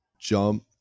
jump